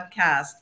Podcast